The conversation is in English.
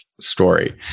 story